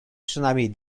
przynajmniej